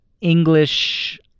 English